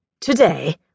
Today